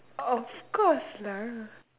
of course lah